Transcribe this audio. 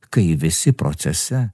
kai visi procese